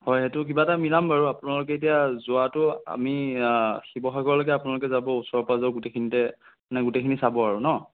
হয় সেইটো কিবা এটা মিলাম বাৰু আপোনালোকে এতিয়া যোৱাটো আমি শিৱসাগৰলৈকে আপোনালোক যাব ওচৰ পাঁজৰ গোটেইখিনিতে মানে গোটেইখিনি চাব আৰু ন'